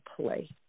play